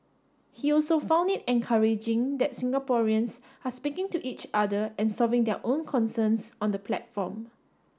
he also found it encouraging that Singaporeans are speaking to each other and solving their own concerns on the platform